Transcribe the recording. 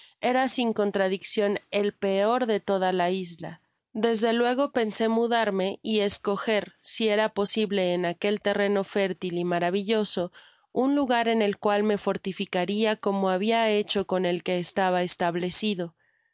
era sin contradiccion el peor de toda la isla desde luego pensé mudarme y escoger si era posible en aquel terreno fértil y maravilloso un lugar en el cual me fortificaria como habia hecho con el que estaba establecido